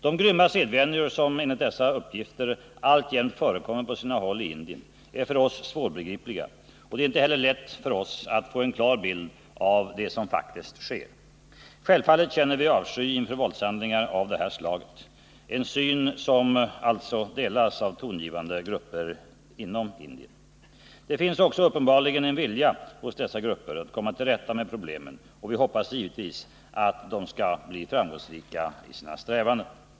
De grymma sedvänjor som enligt dessa uppgifter alltjämt förekommer på sina håll i Indien är för oss svårbegripliga, och det är inte heller lätt för oss att få en klar bild av det som faktiskt sker. Självfallet känner vi avsky inför våldshandlingar av detta slag, och denna syn delas av tongivande grupper inom Indien. Det finns också uppenbarligen en vilja hos dessa grupper att komma till rätta med problemen, och vi hoppas givetvis att de skall bli framgångsrika i sina strävanden.